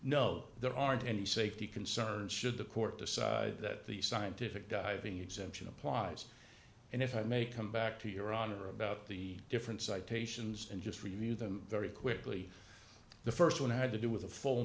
no there aren't any safety concerns should the court decide that the scientific diving exemption applies and if i may come back to your honor about the different citations and just review them very quickly the st one had to do with a full